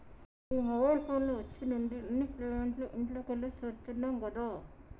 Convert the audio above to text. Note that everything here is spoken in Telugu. గీ మొబైల్ ఫోను వచ్చిన్నుండి అన్ని పేమెంట్లు ఇంట్లకెళ్లే చేత్తున్నం గదా